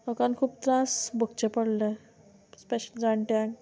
लोकान खूब त्रास भोगचें पडले स्पेशल जाणट्यांक